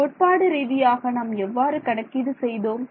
கோட்பாட்டு ரீதியாக நாம் எவ்வாறு கணக்கீடு செய்தோம்